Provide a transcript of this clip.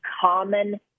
common